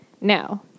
Now